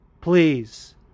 Please